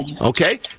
Okay